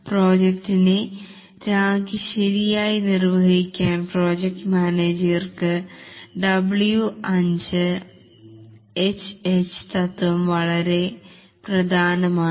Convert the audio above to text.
പ്രോജക്റ്റിനെ ഭാവിശരിയായി നിർവഹിക്കാൻ പ്രോജക്ട് മാനേജർക്ക് W5HH തത്വം വളരെ പ്രധാനമാണ്